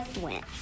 went